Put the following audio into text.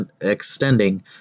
extending